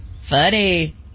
Funny